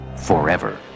forever